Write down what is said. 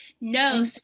No